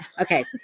Okay